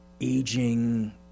aging